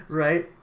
right